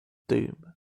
doom